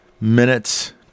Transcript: minutes